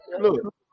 look